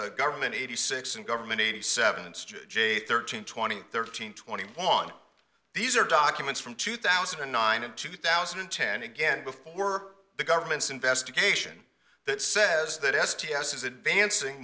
a government eighty six and government eighty seven it's true thirteen twenty thirteen twenty one these are documents from two thousand and nine and two thousand and ten again before the government's investigation that says that s t s is advancing